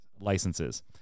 licenses